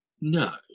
No